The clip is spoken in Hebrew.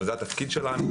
אבל זה התפקיד שלנו.